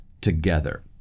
together